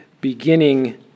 beginning